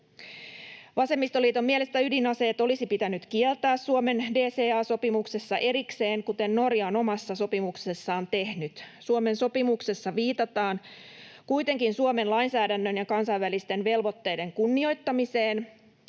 Vasemmistoliiton mielestä ydinaseet olisi pitänyt kieltää Suomen DCA-sopimuksessa erikseen, kuten Norja on omassa sopimuksessaan tehnyt. Suomen sopimuksessa viitataan kuitenkin Suomen lainsäädännön ja kansainvälisten velvoitteiden kunnioittamiseen,